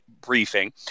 briefing